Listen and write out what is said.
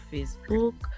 Facebook